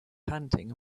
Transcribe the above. panting